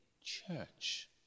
church